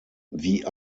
wie